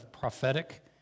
prophetic